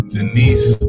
Denise